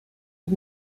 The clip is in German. die